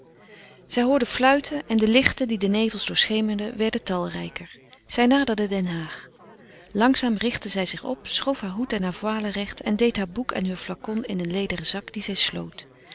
zij hoorde fluiten en de lichten die de nevels doorschemerden werden talrijker zij naderde den haag langzaam richtte zij zich op schoof heur hoed en heur voile recht en deed haar boek en heur flacon in een lederen zak dien zij sloot